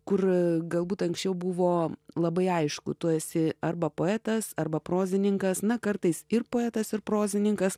kur galbūt anksčiau buvo labai aišku tu esi arba poetas arba prozininkas na kartais ir poetas ir prozininkas